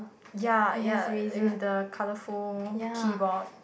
ya ya with the colourful keyboard